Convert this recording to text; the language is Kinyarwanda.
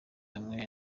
hamwe